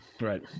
right